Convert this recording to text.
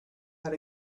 how